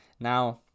Now